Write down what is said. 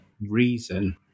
reason